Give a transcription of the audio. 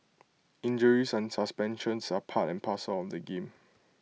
injuries and suspensions are part and parcel of the game